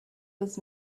was